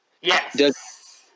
Yes